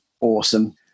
Awesome